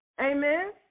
Amen